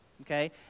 Okay